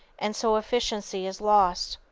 and so efficiency is lost.